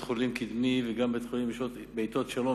כבית-חולים קדמי וגם כבית-חולים בעתות שונות,